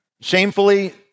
shamefully